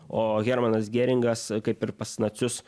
o hermanas gėringas kaip ir pas nacius